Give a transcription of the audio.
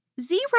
zero